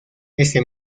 ese